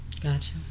Gotcha